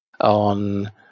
on